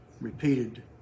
Repeated